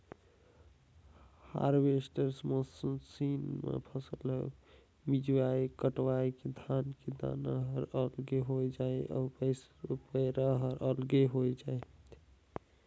harvester machine म फसल ल मिंजवाय कटवाय ले धान के दाना हर अलगे होय जाथे अउ पैरा हर अलगे होय जाथे